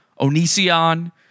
Onision